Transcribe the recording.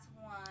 one